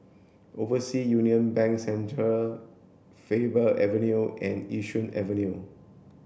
Overseas Union Bank Centre Faber Avenue and Yishun Avenue